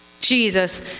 Jesus